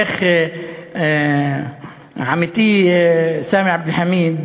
למשל, עמיתי סאמי עבד אל-חמיד,